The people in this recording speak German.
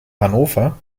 hannover